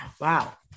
wow